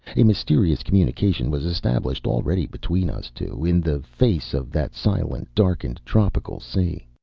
a mysterious communication was established already between us two in the face of that silent, darkened tropical sea.